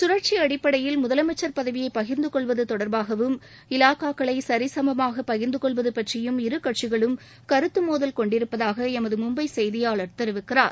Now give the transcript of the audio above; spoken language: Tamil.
சுழற்சி அடிப்படையில் முதலமைச்சா் பதவியை பகிர்ந்து கொள்வது தொடர்பாகவும் இலாக்காக்களை சிசமமாக பகிா்ந்து கொள்வது பற்றியும் இரு கட்சிகளும் கருத்து மோதல் கொண்டிருப்பதாக எமது மும்பை செய்தியாளர் தெரிவிக்கிறார்